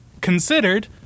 considered